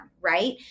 right